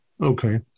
Okay